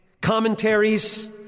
commentaries